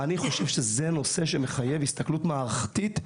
זה נושא שמחייב הסתכלות מערכתית,